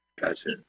Gotcha